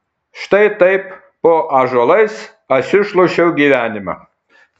štai taip po ąžuolais aš išlošiau gyvenimą